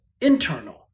internal